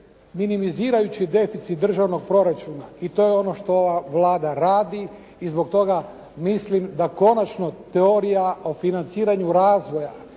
minimizirajući deficit državnog proračuna i to je ono što ova Vlada radi i zbog toga mislim da konačno teorija o financiranju razvoja